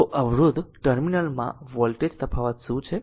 તો અવરોધ ટર્મિનલમાં વોલ્ટેજ તફાવત શું છે